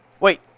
wait